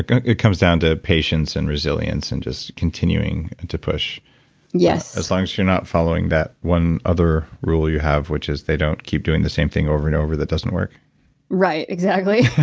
ah it comes down to patience and resilience and just continuing and to push as long as you're not following that one other rule you have, which is they don't keep doing the same thing over and over that doesn't work right. exactly